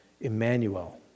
Emmanuel